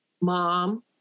mom